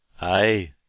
Aye